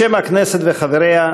בשם הכנסת וחבריה,